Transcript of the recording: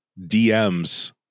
DMs